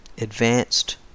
advanced